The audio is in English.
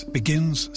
begins